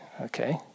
okay